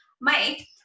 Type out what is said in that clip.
Mike